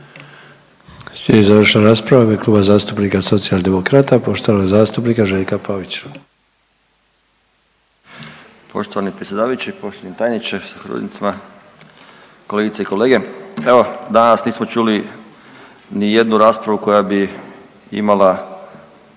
Slijedi završna rasprava u ime Kluba zastupnika Socijaldemokrata, poštovanog zastupnika Željka Pavića. **Pavić, Željko (Nezavisni)** Poštovani predsjedavajući, poštovani tajniče sa suradnicima, kolegice i kolege, evo danas nismo čuli ni jednu raspravu koja bi imala